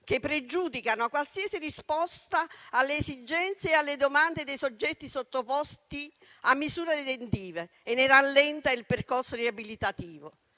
che pregiudica qualsiasi risposta alle esigenze e alle domande dei soggetti sottoposti a misure detentive e ne rallenta il percorso riabilitativo,